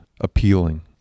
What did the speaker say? appealing